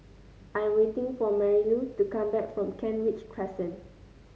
I am waiting for Marilou to come back from Kent Ridge Crescent